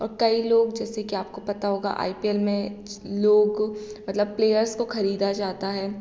और कई लोग जैसे कि आपको पता होगा आई पी एल में लोग मतलब प्लेयर्स को खरीदा जाता है